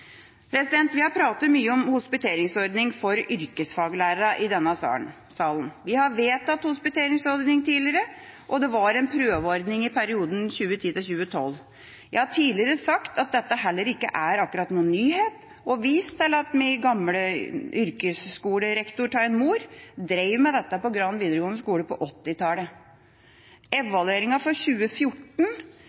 Vi har snakket mye om hospiteringsordning for yrkesfaglærere i denne salen. Vi har vedtatt hospiteringsordning tidligere, og det var en prøveordning i perioden 2010–2012. Jeg har tidligere sagt at dette heller ikke er akkurat noen nyhet, og vist til at min gamle yrkesskolerektor av en mor drev med dette på Gran videregående skole på 1980-tallet. Evalueringa av hospiteringsordninga for 2014